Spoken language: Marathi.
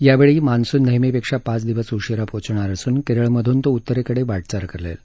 यावेळी मान्सून नेहमीपेक्षा पाच दिवस उशीरा पोचणार असून केरळमधून तो उत्तरेकडे वाटचाल करेल